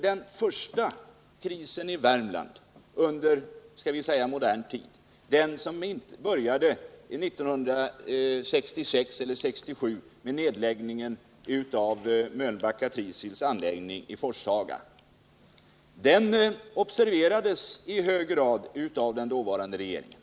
Den första krisen i Värmland under, skall vi säga, modern tid började 1966 eller 1967 med nedläggningen av Mölnbacka-Trysil AB:s anläggningar i Forshaga, och den observerades i hög grad av den dåvarande regeringen.